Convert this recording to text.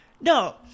no